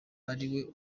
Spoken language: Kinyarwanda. ariwe